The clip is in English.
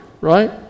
right